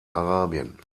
arabien